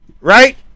right